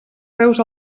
peus